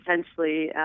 essentially